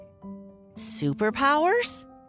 Superpowers